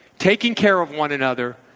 taking care of one another,